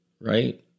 right